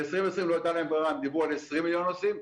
ב-2020 לא הייתה להם ברירה והם דיברו על 20 מיליון נוסעים,